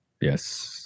yes